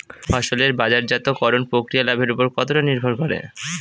ফসলের বাজারজাত করণ প্রক্রিয়া লাভের উপর কতটা নির্ভর করে?